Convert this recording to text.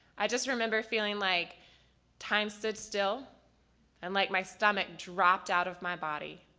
i just remember feeling like time stood still and like my stomach dropped out of my body.